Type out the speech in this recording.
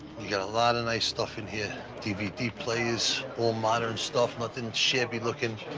you got a lot of nice stuff in here. dvd players, all modern stuff, nothing shabby looking.